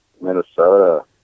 Minnesota